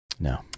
No